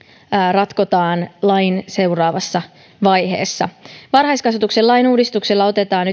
ratkotaan lain seuraavassa vaiheessa varhaiskasvatuksen lainuudistuksella otetaan